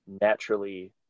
naturally